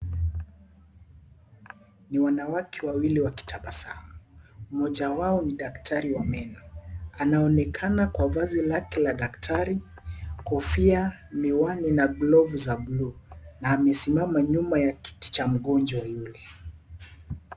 NI wanawake wawili wakitabasamu, mmoja wao nin daktari wa meno, anaonekana Kwa vazi lake la daktari ,Kofia , miwani na glovu za bluu, amesimama nyuma ya kitu cha mgonjwa.